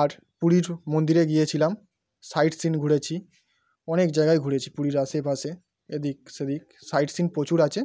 আর পুরীর মন্দিরে গিয়েছিলাম সাইট সিন ঘুরেছি অনেক জায়গায় ঘুরেছি পুরীর আশে পাশে এদিক সেদিক সাইট সিন প্রচুর আছে